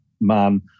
man